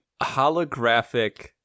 Holographic